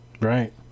Right